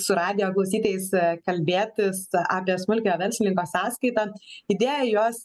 su radijo klausytojais kalbėtis apie smulkiojo verslininko sąskaitą idėją jos